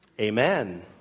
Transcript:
Amen